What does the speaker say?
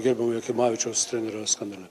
gerbiamo jakimavičiaus treniros amena